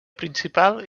principal